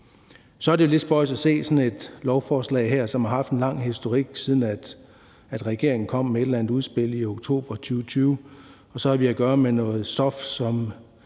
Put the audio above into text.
Så er det jo lidt spøjst at se sådan et lovforslag her, som har en lang historik; regeringen kom med et eller andet udspil i oktober 2020. Og vi har at gøre med noget stof,